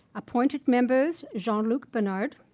appointed members jean-luc bernard,